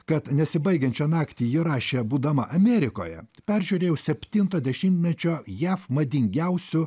kad nesibaigiančią naktį ji rašė būdama amerikoje peržiūrėjau septinto dešimtmečio jav madingiausių